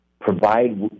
provide